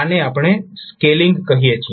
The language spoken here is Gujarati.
આને આપણે સ્કેલિંગ કહીએ છીએ